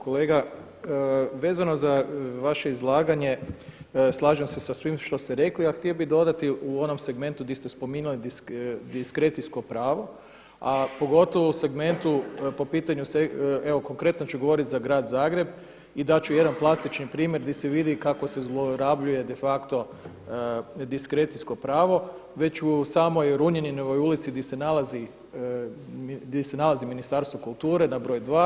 Kolega vezano za vaše izlaganje slažem se sa svim što ste rekli, a htio bih dodati u onom segmentu di ste spominjali diskrecijsko pravo, a pogotovo u segmentu po pitanju evo konkretno ću govoriti za grad Zagreb i dat ću jedan plastični primjer di se vidi kako se zlorabljuje de facto diskrecijsko pravo već u samoj Runjaninovoj ulici gdje se nalazi Ministarstvo kulture na broj dva.